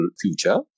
future